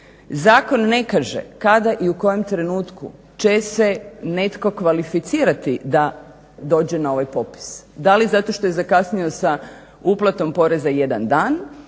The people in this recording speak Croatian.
Zakon ne kaže kada i u kojem trenutku će se netko kvalificirati da dođe na ovaj popis. Da li zato što je zakasnio sa uplatom poreza jedan dan,